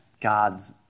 God's